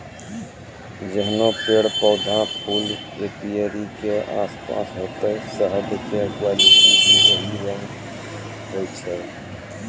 जैहनो पेड़, पौधा, फूल एपीयरी के आसपास होतै शहद के क्वालिटी भी वही रंग होय छै